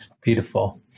Beautiful